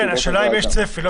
זה הופסק, זה לא